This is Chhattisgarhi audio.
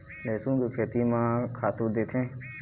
लेसुन के खेती म का खातू देथे?